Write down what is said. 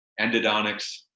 endodontics